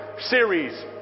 Series